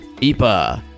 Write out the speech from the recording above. IPA